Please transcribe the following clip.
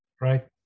Right